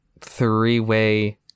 three-way